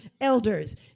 elders